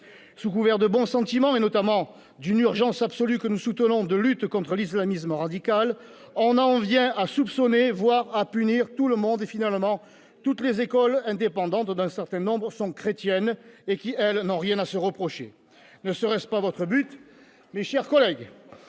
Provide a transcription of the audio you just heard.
Sous couvert de bons sentiments, et notamment d'une urgence absolue, que nous soutenons, de lutte contre l'islamisme radical, on en vient à soupçonner, voire à punir tout le monde, et finalement toutes les écoles indépendantes, dont un certain nombre sont chrétiennes, et qui, elles, n'ont rien à se reprocher. Ne serait-ce pas votre but, mes chers collègues ?